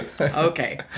Okay